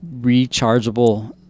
rechargeable